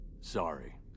sorry